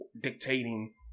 dictating